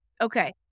Okay